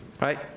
Right